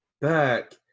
back